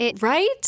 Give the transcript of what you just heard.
Right